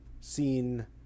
seen